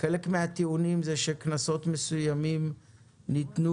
חלק מהטיעונים הם שקנסות מסוימים ניתנו